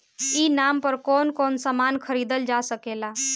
ई नाम पर कौन कौन समान खरीदल जा सकेला?